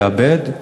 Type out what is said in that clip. לאבד,